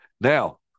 Now